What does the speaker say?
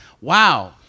wow